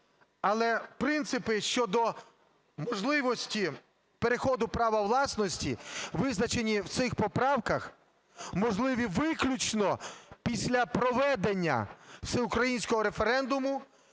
Але принципи щодо можливості переходу власності, визначені в цих поправках, можливі виключно після проведення всеукраїнського референдуму,